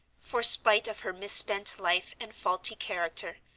for spite of her misspent life and faulty character,